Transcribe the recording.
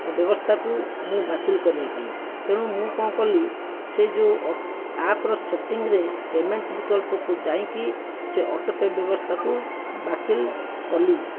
ଏହି ବ୍ୟବସ୍ଥାକୁ ମୁଁ ବାତିଲ କରିବା ପାଇଁ ତେଣୁ ମୁଁ କଣ କଲି ସେ ଯେଉଁ ଅଆପ୍ର ସେଟିଂରେ ପେମେଣ୍ଟ ବିକଳ୍ପକୁ ଯାଇକି ସେ ଅଟୋ ପେ ବ୍ୟବସ୍ଥାକୁ ବାତିଲ କଲି